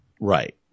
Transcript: Right